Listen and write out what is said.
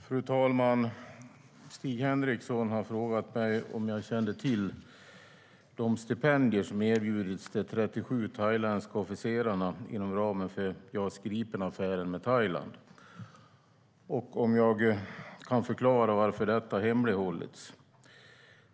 Fru talman! Stig Henriksson har frågat mig om jag kände till de stipendier som erbjudits de 37 thailändska officerarna inom ramen för JAS Gripen-affären med Thailand och om jag kan förklara varför detta har hemlighållits.